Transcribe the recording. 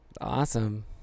Awesome